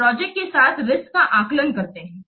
तो प्रोजेक्ट के साथ रिस्क का आकलन करते है